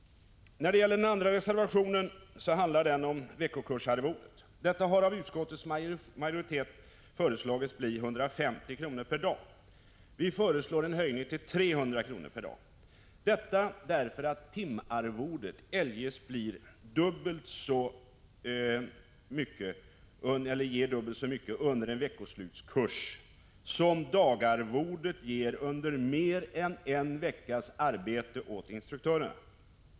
Den andra reservationen handlar om veckokursarvode, som av utskottets majoritet föreslås bli 150 kr. per dag. Vi föreslår en höjning till 300 kr. per dag, därför att skillnaden eljest blir för stor. Timarvodet ger i utskottsförslaget dubbelt så mycket under en veckoslutskurs som dagarvodet ger under mer än en veckas arbete för instruktörerna.